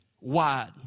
wide